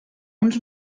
uns